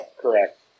correct